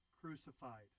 crucified